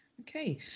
okay